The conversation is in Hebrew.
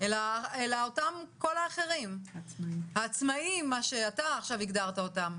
אל כל האחרים, העצמאים שאתה עכשיו הגדרת אותם